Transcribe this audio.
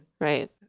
Right